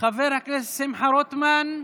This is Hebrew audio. חבר הכנסת שמחה רוטמן,